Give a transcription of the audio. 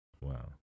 Wow